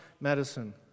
medicine